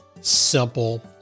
simple